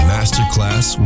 Masterclass